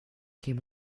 came